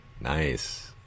Nice